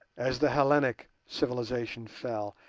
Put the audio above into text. as the hellenic civilization fell,